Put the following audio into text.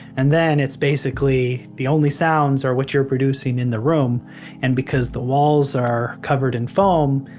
and then it's basically the only sounds are what you're producing in the room and because the walls are covered in foam,